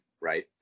right